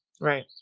Right